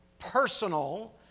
personal